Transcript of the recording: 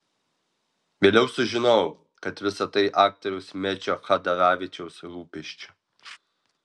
vėliau sužinojau kad visa tai aktoriaus mečio chadaravičiaus rūpesčiu